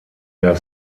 der